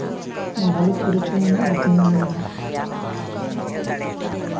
ᱵᱷᱟᱞᱚ ᱯᱚᱨᱤᱪᱚᱭ ᱢᱮᱱᱟᱜ ᱠᱚᱛᱤᱧᱟ ᱤᱧ ᱨᱮᱱ ᱦᱚᱸ